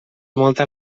molta